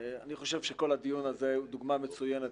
אני חושב שכל הדיון הזה הוא דוגמה מצוינת